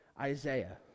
Isaiah